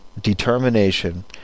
determination